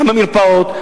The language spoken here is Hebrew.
גם במרפאות,